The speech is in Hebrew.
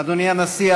אדוני הנשיא,